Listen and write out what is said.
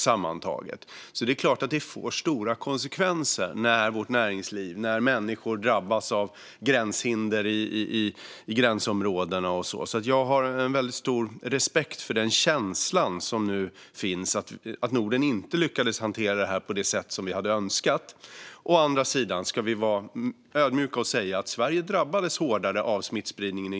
Det är därför klart att det får stora konsekvenser när vårt näringsliv och människor drabbas av gränshinder i gränsområdena. Jag har en väldigt stor respekt för den känsla som nu finns av att Norden inte lyckades hantera detta på det sätt vi hade önskat. Å andra sidan ska vi vara ödmjuka och säga att Sverige initialt drabbades hårdare av smittspridningen.